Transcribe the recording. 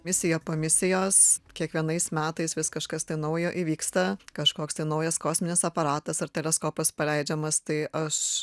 misija po misijos kiekvienais metais vis kažkas tai naujo įvyksta kažkoks tai naujas kosminis aparatas ar teleskopas paleidžiamas tai aš